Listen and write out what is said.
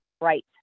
right